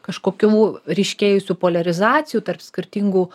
kažkokių ryškėjusių poliarizacijų tarp skirtingų